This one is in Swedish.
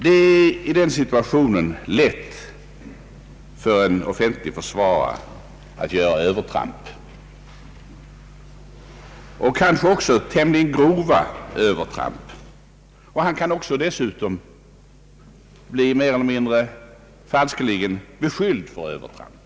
Det är i den situationen lätt för en offentlig försvarare att göra övertramp, ibland kanske ganska grova sådana. Han kan dessutom bli mer eller mindre felaktigt beskylld för övertramp.